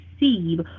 receive